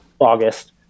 august